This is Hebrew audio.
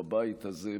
בבית הזה,